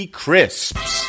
crisps